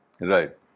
Right